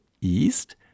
east